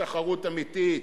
של תחרות אמיתית.